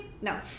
no